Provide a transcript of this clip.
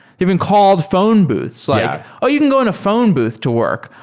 they've been called phone booths, like, oh! you can go in a phone booth to work.